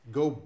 go